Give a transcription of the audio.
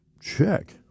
check